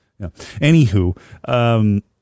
Anywho